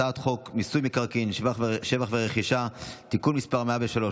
הצעת חוק מיסוי מקרקעין (שבח ורכישה) (תיקון מס' 103),